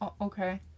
okay